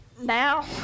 Now